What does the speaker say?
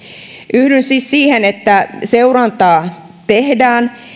yhdyn siis siihen että seurantaa tehdään